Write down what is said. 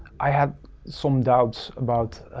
i had some doubts about.